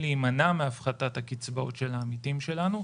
להימנע מהפחתת הקצבאות של העמיתים שלנו,